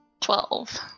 Twelve